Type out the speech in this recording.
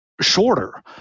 shorter